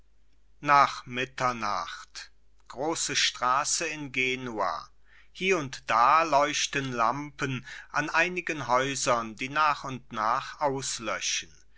nach mitternacht große straße in genua hie und da leuchten lampen an einigen häusern die nach und nach auslöschen